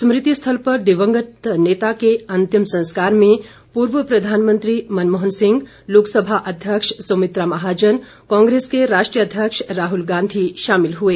स्मृति स्थल पर दिवंगत नेता के अंतिम संस्कार में पूर्व प्रधानमंत्री मनमोहन सिंह लोकसभा अध्यक्ष सुमित्रा महाजन कांग्रेस के राष्ट्रीय अध्यक्ष राहुल गांधी शामिल हुए